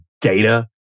data